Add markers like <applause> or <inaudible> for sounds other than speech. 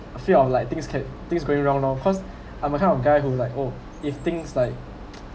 I fear of like things can things going wrong wrong cause <breath> I'm a kind of guy who like oh if things like